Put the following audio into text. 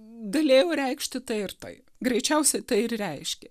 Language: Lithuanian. galėjo reikšti tai ir tai greičiausiai tai ir reiškė